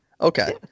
Okay